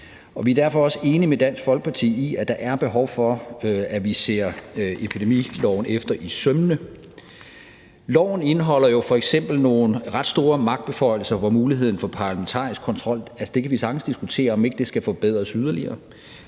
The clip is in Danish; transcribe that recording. Vi er derfor også enige med Dansk Folkeparti i, at der er behov for, at vi ser epidemiloven efter i sømmene. Loven indeholder jo f.eks. nogle ret store magtbeføjelser, hvor vi sagtens kan diskutere, om muligheden for parlamentarisk kontrol skal forbedres yderligere.